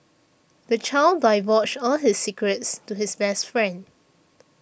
the child divulged all his secrets to his best friend